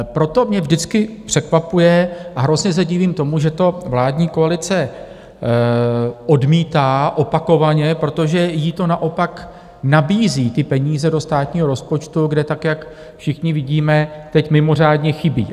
Proto mě vždycky překvapuje a hrozně se divím tomu, že to vládní koalice opakovaně odmítá, protože jí to naopak nabízí peníze do státního rozpočtu, kde, jak všichni vidíme, teď mimořádně chybí.